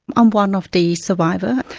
i'm one of the survivors.